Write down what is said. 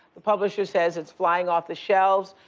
the publisher says it's flying off the shelves.